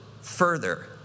further